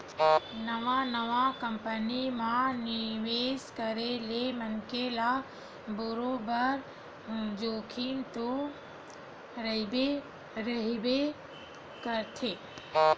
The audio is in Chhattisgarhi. नवा नवा कंपनी म निवेस करे ले मनखे ल बरोबर जोखिम तो रहिबे करथे